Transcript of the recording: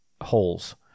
holes